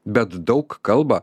bet daug kalba